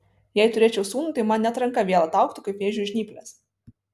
jei turėčiau sūnų tai man net ranka vėl ataugtų kaip vėžliui žnyplės